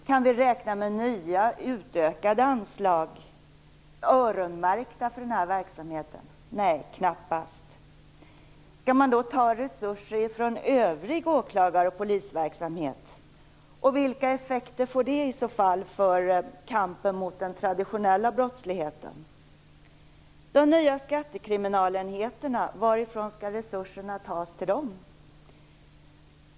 Kan vi räkna med nya utökade anslag, öronmärkta för den här verksamheten? Nej, knappast. Skall man då ta resurser från övrig åklagar och polisverksamhet? Vilka effekter får det i så fall för kampen mot den traditionella brottsligheten? Varifrån skall resurserna till de nya skattekriminalenheterna tas?